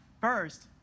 first